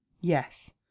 yes